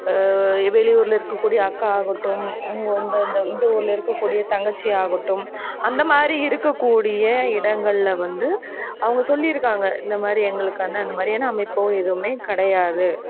வெளியூரில் இருக்கக்கூடிய அக்கா ஆகட்டும் அந்த இந்த ஊரில் இருக்க கூடிய தங்கச்சி ஆகட்டும் அந்தமாதிரி இருக்கக்கூடிய இடங்களில் வந்து அவங்க சொல்லியிருக்காங்க இந்தமாதிரி எங்களுக்கான இந்தமாதிரியான அமைப்போ எதுவுமே கிடையாது